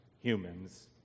humans